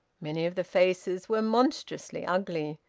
many of the faces were monstrously ugly,